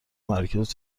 مراکز